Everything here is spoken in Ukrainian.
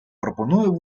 пропоную